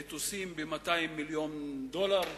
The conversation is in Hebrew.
מטוסים ב-200 מיליון דולר,